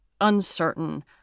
uncertain